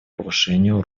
повышению